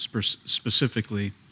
specifically